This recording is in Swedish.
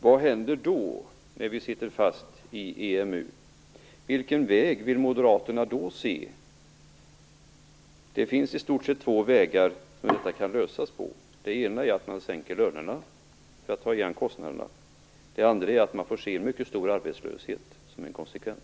Vad händer då om vi sitter fast i EMU? Vilken väg vill Moderaterna då se? Det finns i stort sett två vägar att gå på. Den ena är att man sänker lönerna för att ta igen kostnaderna. Den andra är att man som en konsekvens får se en mycket stor arbetslöshet.